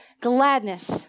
Gladness